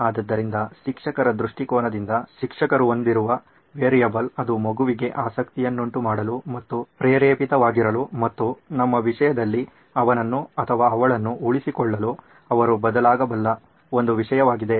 ಆದ್ದರಿಂದ ಶಿಕ್ಷಕರ ದೃಷ್ಟಿಕೋನದಿಂದ ಶಿಕ್ಷಕನು ಹೊಂದಿರುವ ವೇರಿಯೇಬಲ್ ಅದು ಮಗುವಿಗೆ ಆಸಕ್ತಿಯನ್ನುಂಟುಮಾಡಲು ಮತ್ತು ಪ್ರೇರೇಪಿತವಾಗಿರಲು ಮತ್ತು ನಮ್ಮ ವಿಷಯದಲ್ಲಿ ಅವನನ್ನು ಅಥವಾ ಅವಳನ್ನು ಉಳಿಸಿಕೊಳ್ಳಲು ಅವರು ಬದಲಾಗಬಲ್ಲ ಒಂದು ವಿಷಯವಾಗಿದೆ